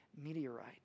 meteorite